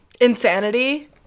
Insanity